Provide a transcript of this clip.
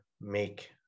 make